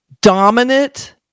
dominant